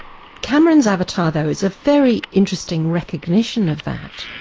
cameron's avatar though is a very interesting recognition of that,